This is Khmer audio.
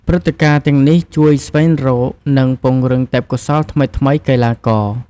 ព្រឹត្តិការណ៍ទាំងនេះជួយស្វែងរក និងពង្រឹងទេពកោសល្យថ្មីៗកីឡាករ។